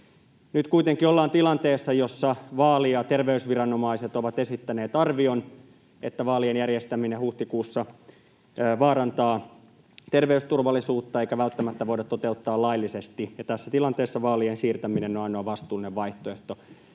Nyt kuitenkin ollaan tilanteessa, jossa vaali- ja terveysviranomaiset ovat esittäneet arvion, että vaalien järjestäminen huhtikuussa vaarantaa terveysturvallisuutta eikä niitä välttämättä voida toteuttaa laillisesti, ja tässä tilanteessa vaalien siirtäminen on ainoa vastuullinen vaihtoehto.